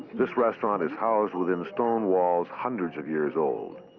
this restaurant is housed within stone walls hundreds of years old.